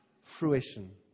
fruition